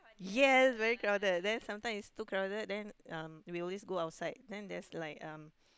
yes very crowded then sometimes it's too crowded then um we will go outside and there is like um